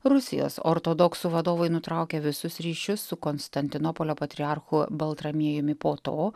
rusijos ortodoksų vadovai nutraukė visus ryšius su konstantinopolio patriarchu baltramiejumi po to